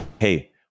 hey